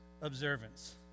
Observance